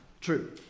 true